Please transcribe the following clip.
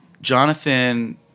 jonathan